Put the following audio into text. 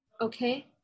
Okay